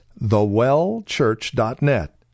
thewellchurch.net